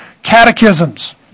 Catechisms